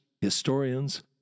historians